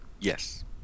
Yes